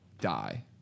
die